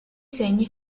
segni